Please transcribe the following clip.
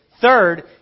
Third